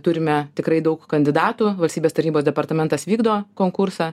turime tikrai daug kandidatų valstybės tarybos departamentas vykdo konkursą